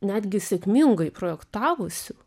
netgi sėkmingai projektavusių